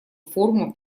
форума